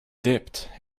dipped